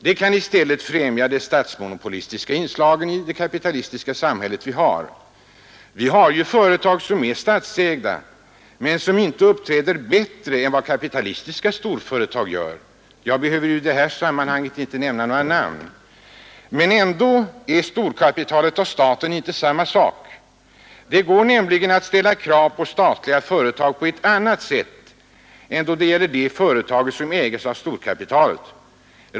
Det kan i stället främja de statsmonopolistiska inslagen i det kapitalistiska samhälle vi har. Det finns ju företag som är statsägda men som inte uppträder bättre än vad kapitalistiska storföretag gör. Jag behöver i det här sammanhanget inte nämna några namn. Men ändå är storkapitalet och staten inte samma sak. Det går nämligen att ställa krav på statliga företag på ett annat sätt än då det gäller de företag som ägs av storkapitalet.